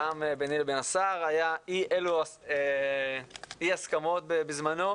גם ביני לבין השר היה אי אילו אי הסכמות בזמנו.